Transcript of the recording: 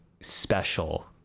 special